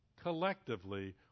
collectively